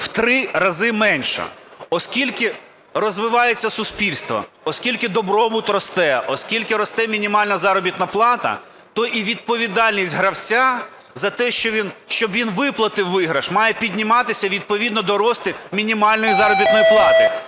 в три рази менша. Оскільки розвивається суспільство, оскільки добробут росте, оскільки росте мінімальна заробітна плата, то і відповідальність гравця за те, що він виплатив виграш має підніматися відповідно до росту мінімальної заробітної плати.